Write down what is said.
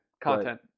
Content